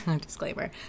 disclaimer